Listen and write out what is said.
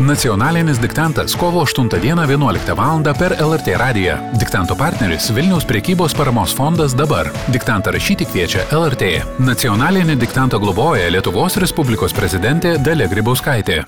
nacionalinis diktantas kovo aštuntą dieną vienuoliktą valandą per lrt radiją diktanto partneris vilniaus prekybos paramos fondas dabar diktantą rašyti kviečia lrt nacionalinį diktantą globoja lietuvos respublikos prezidentė dalia grybauskaitė